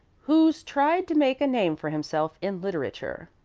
who's tried to make a name for himself in literature.